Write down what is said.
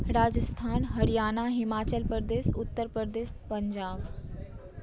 Rajasthan Haryana Himachal Pradesh Uttar Pradesh Punjab